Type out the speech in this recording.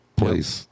place